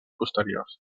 posteriors